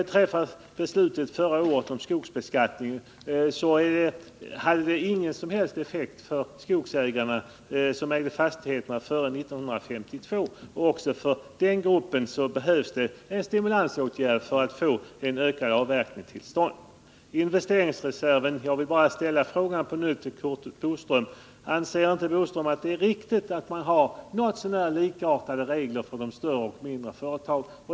Vad sedan beträffar förra årets beslut om skogsbeskattning vill jag framhålla att beslutet inte hade någon som helst effekt med avseende på skogsägare som ägde fastighet som hänför sig till 1952 eller tidigare. Även denna grupp behöver en stimulansåtgärd för att det skall bli en ökning av avverkningen. Beträffande investeringsreserven vill jag fråga Curt Boström: Anser inte Curt Boström att det är riktigt att man har något så när lika regler för de större och de mindre företagen?